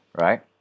right